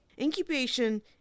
Incubation